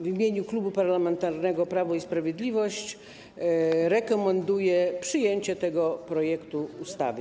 W imieniu Klubu Parlamentarnego Prawo i Sprawiedliwość rekomenduję przyjęcie tego projektu ustawy.